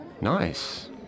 Nice